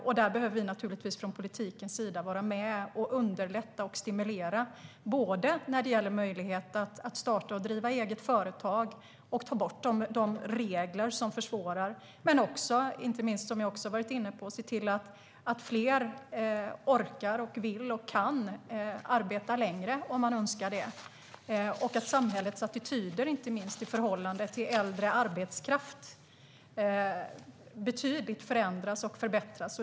Vi behöver naturligtvis från politikens sida underlätta och stimulera möjligheten att starta och driva eget företag och ta bort regler som försvårar men också se till att fler orkar, vill och kan arbeta längre, om man önskar det. Inte minst behöver samhällets attityder till äldre arbetskraft betydligt förändras och förbättras.